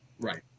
Right